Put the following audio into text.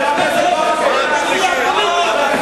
חבר הכנסת ברכה.